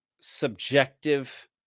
subjective